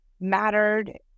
mattered